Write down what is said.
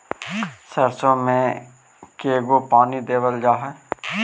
सरसों में के गो पानी देबल जा है?